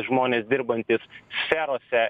žmonės dirbantys sferose